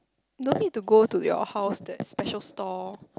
don't need to go to your house that special store